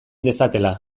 dezatela